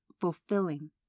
fulfilling